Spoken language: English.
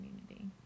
community